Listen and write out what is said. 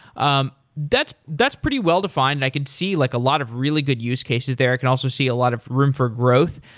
um that's that's pretty well-defined and i could see like a lot of really good use-cases there. i can also see a lot of room for growth.